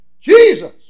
Jesus